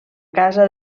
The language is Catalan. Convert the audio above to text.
casa